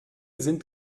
sind